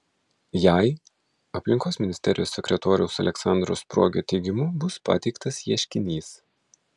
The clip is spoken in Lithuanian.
jai aplinkos ministerijos sekretoriaus aleksandro spruogio teigimu bus pateiktas ieškinys